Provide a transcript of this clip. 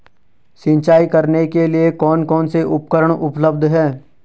सिंचाई करने के लिए कौन कौन से उपकरण उपलब्ध हैं?